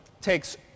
takes